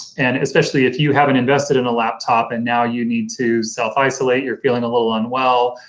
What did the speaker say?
and especially if you haven't invested in a laptop and now you need to self isolate, you're feeling a little unwell,